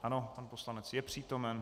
Ano, pan poslanec je přítomen.